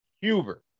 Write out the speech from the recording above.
Huber